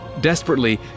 Desperately